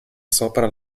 sopra